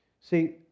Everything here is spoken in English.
See